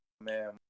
man